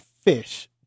fish